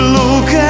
look